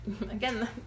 again